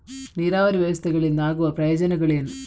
ನೀರಾವರಿ ವ್ಯವಸ್ಥೆಗಳಿಂದ ಆಗುವ ಪ್ರಯೋಜನಗಳೇನು?